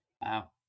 wow